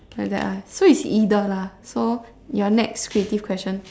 like that lah so is either lah so your next creative question